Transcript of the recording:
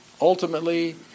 ultimately